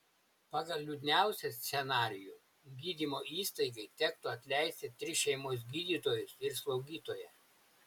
pagal liūdniausią scenarijų gydymo įstaigai tektų atleisti tris šeimos gydytojus ir slaugytoją